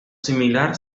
similar